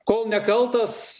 kol nekaltas